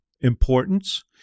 importance